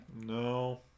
No